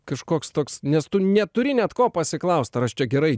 kažkoks toks nes tu neturi net ko pasiklaust ar aš čia gerai